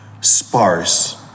sparse